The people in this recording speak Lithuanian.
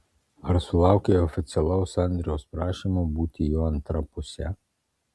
ar sulaukei oficialaus andriaus prašymo būti jo antra puse